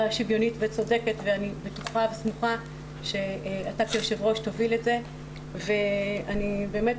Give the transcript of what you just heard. שוויונית וצודקת ואני בטוחה וסמוכה שאתה כיושב ראש תוביל את זה ואני באמת